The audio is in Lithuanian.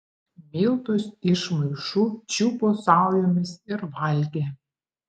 miltus iš maišų čiupo saujomis ir valgė